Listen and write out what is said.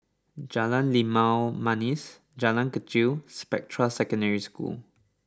Jalan Limau Manis Jalan Kechil and Spectra Secondary School